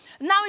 Now